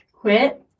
quit